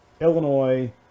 Illinois